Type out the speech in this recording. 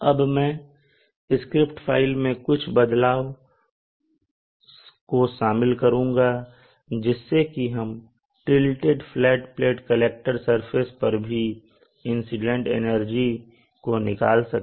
अब मैं script file में कुछ बदलाव को शामिल करुंगा जिससे की हम टीलटेड फ्लैट प्लेट सरफेस पर भी इंसिडेंट एनर्जी को निकाल सकें